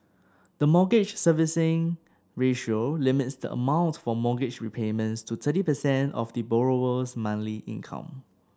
the Mortgage Servicing Ratio limits the amount for mortgage repayments to thirty percent of the borrower's monthly income